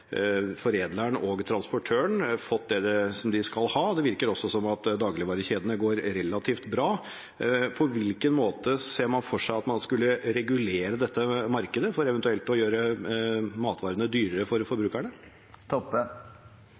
foredleren og transportøren, fått det de skal ha, og det virker også som om dagligvarekjedene går relativt bra. På hvilken måte ser man for seg at man skulle regulere dette markedet for eventuelt å gjøre matvarene dyrere for forbrukerne?